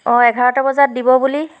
অঁ এঘাৰটা বজাত দিব বুলি